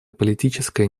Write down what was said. политическая